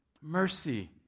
Mercy